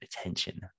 attention